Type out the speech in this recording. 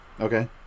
Okay